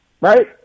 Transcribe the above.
Right